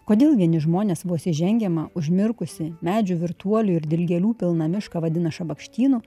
kodėl vieni žmonės vos įžengiamą užmirkusį medžių virtuolių ir dilgėlių pilną mišką vadina šabakštynu